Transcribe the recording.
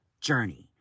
journey